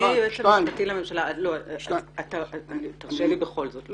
אדוני היועץ המשפטי לממשלה, תרשה לי בכל זאת.